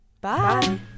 Bye